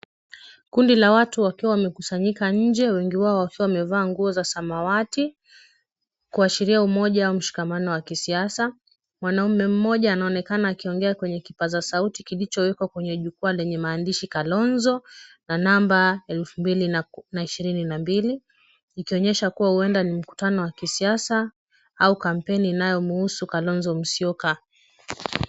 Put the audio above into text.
Kundi la watu wakiwa wamekusanyika nje, wengi wao wamevaa nguo za samawati. Kuashiria umoja au mshikamano wa kisiasa. Mwanaume mmoja anaonekana akiongea kwenye kipaza sauti kilichowekwa kwenye jukwaa lenye maandishi, Kalonzo na namba 2022. Ikionyesha kuwa huenda ni mkutano wa kisiasa au kampeni inayomuhusu Kalonzo Musyoka.